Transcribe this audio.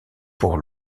pour